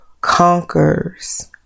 conquers